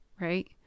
right